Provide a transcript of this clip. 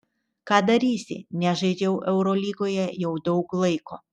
ką darysi nežaidžiau eurolygoje jau daug laiko